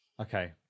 Okay